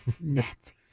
Nazis